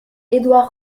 edouard